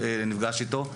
נפגש איתו,